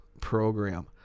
program